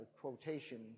quotation